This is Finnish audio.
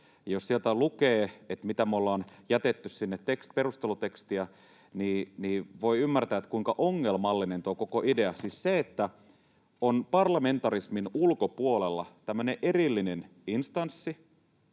Jos sieltä lukee, mitä me ollaan jätetty sinne perustelutekstiä, niin voi ymmärtää, kuinka ongelmallinen tuo koko idea on, siis se, että on parlamentarismin ulkopuolella tämmöinen erillinen instanssi,